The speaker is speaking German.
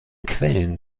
quellen